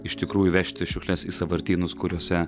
iš tikrųjų vežti šiukšles į sąvartynus kuriuose